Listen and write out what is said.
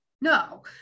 No